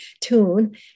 tune